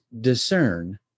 discern